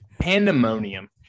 pandemonium